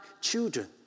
children